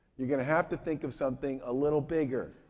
you're going to have to think of something a little bigger,